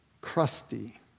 crusty